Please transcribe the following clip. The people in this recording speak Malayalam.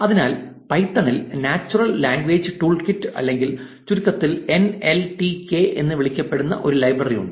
അതിനാൽ പൈത്തണിൽ നാച്ചുറൽ ലാംഗ്വേജ് ടൂൾ കിറ്റ് അല്ലെങ്കിൽ ചുരുക്കത്തിൽ എൻഎൽടികെ എന്ന് വിളിക്കപ്പെടുന്ന ഒരു ലൈബ്രറിയുണ്ട്